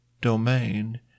domain